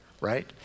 right